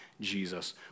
Jesus